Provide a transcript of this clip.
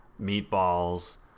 Meatballs